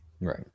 Right